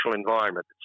environment